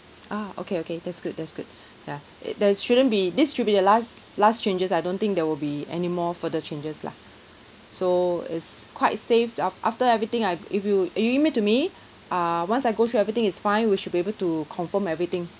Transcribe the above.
ah okay okay that's good that's good ya it there shouldn't be this should be the last last changes I don't think there will be any more further changes lah so it's quite safe af~ after everything I g~ if you you email to me err once I go through everything is fine we should be able to confirm everything